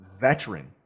veteran